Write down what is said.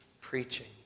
preaching